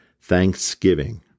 Thanksgiving